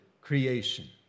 creation